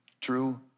True